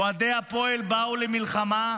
אוהדי הפועל באו למלחמה,